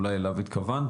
אולי אליו התכוונת,